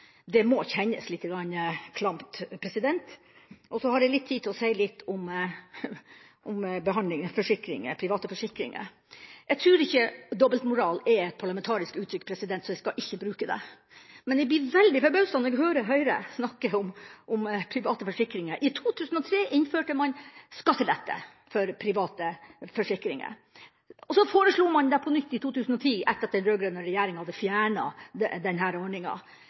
Det må kjennes lite grann klamt. Jeg har litt tid til å si litt om private forsikringer. Jeg tror ikke «dobbeltmoral» er et parlamentarisk uttrykk, så jeg skal ikke bruke det, men jeg blir veldig forbauset når jeg hører Høyre snakke om private forsikringer. I 2003 innførte den borgerlige regjeringa skattelette for private forsikringer. Man foreslo det på nytt i 2010, etter at den rød-grønne regjeringa hadde fjernet denne ordninga. Det